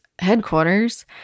headquarters